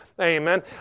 Amen